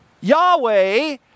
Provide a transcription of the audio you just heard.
Yahweh